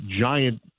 giant